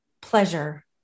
pleasure